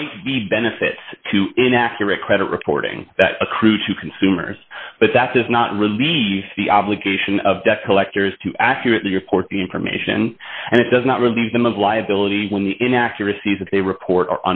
might be benefits to inaccurate credit reporting that accrue to consumers but that does not relieve the obligation of debt collectors to accurately report the information and it does not relieve them of liability when the inaccuracy is that they report